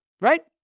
right